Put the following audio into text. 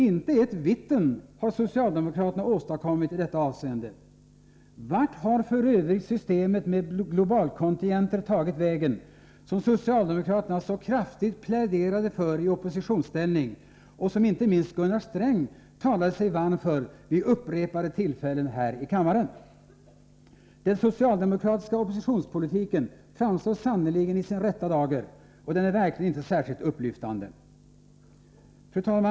Inte ett vitten har socialdemokraterna åstadkommit i detta avseende. Vart har f. ö. systemet med globalkontingenter tagit vägen, som socialdemokraterna så kraftigt pläderade för i oppositionsställning och som inte minst Gunnar Sträng talade sig varm för vid upprepade tillfällen här i kammaren? Den socialdemokratiska oppositionspolitiken framstår sannerligen i sin rätta dager, och den är verkligen inte särskilt upplyftande. Fru talman!